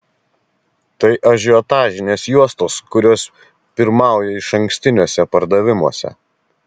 tai ažiotažinės juostos kurios pirmauja išankstiniuose pardavimuose